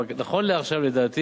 אבל נכון לעכשיו, לדעתי